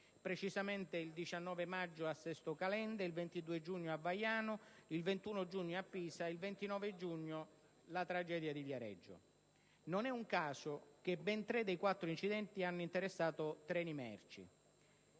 precisamente il 19 maggio a Sesto Calende, il 22 giugno a Vaiano, il 21 giugno a Pisa e il 29 a Viareggio con la tragedia di cui tutti siamo stati testimoni. Non è un caso che ben tre dei quattro incidenti hanno interessato treni merci.